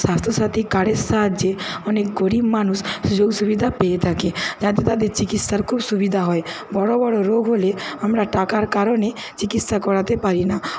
স্বাস্থ্য সাথি কার্ডের সাহায্যে অনেক গরীব মানুষ সুযোগ সুবিধা পেয়ে থকে তাতে তাদের চিকিৎসার খুব সুবিধা হয় বড়ো বড়ো রোগ হলে আমরা টাকার কারণে চিকিৎসা করাতে পারি না